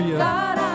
God